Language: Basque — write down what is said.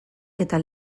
eta